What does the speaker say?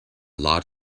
lot